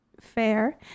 fair